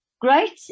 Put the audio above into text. great